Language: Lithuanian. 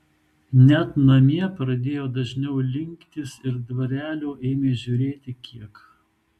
net namie pradėjo dažniau liktis ir dvarelio ėmė žiūrėti kiek